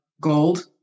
gold